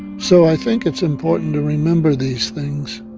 so i think it's important to remember these things